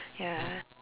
ya